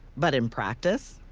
but in practice.